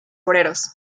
obreros